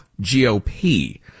GOP